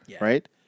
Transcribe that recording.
right